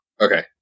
Okay